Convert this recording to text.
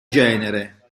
genere